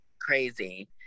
crazy